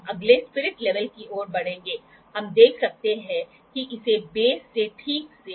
दिशा को देखते हुए हम या तो जोड़ते हैं या घटाते हैं इसीलिए इसे एंगल गैजस का संयोजन कहा जाता है